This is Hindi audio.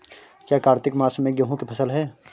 क्या कार्तिक मास में गेहु की फ़सल है?